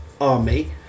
army